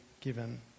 given